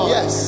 Yes